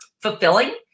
fulfilling